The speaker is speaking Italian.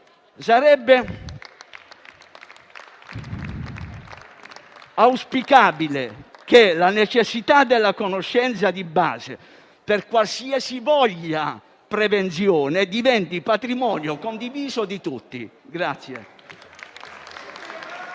Sarebbe auspicabile che la necessità della conoscenza di base per qualsivoglia prevenzione diventi patrimonio condiviso di tutti.